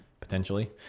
potentially